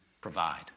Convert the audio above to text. provide